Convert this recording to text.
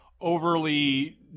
overly